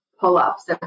pull-ups